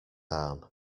arm